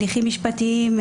הליכים משפטיים,